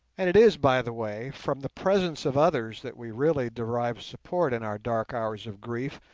and it is, by the way, from the presence of others that we really derive support in our dark hours of grief,